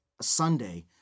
Sunday